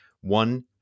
One